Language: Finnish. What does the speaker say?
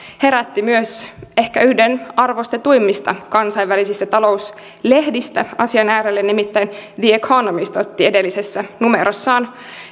herätti myös ehkä yhden arvostetuimmista kansainvälisistä talouslehdistä asian äärelle nimittäin the economist otti edellisessä numerossaan